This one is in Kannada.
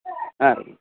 ಹಾಂ ರಿ